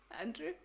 Andrew